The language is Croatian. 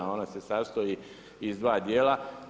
Ona se sastoji iz dva djela.